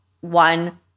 one